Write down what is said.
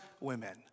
women